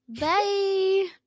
bye